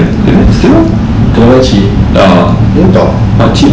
kedai makcik entah